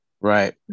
Right